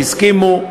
הם הסכימו,